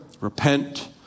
repent